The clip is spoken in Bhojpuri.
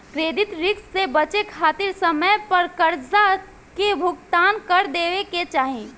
क्रेडिट रिस्क से बचे खातिर समय पर करजा के भुगतान कर देवे के चाही